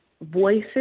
voices